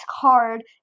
card